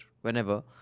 whenever